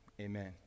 Amen